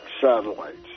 satellites